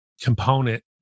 component